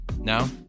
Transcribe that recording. Now